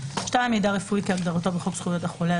(2)מידע רפואי כהגדרתו בחוק זכויות החולה,